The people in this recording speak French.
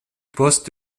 poste